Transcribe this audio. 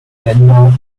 länder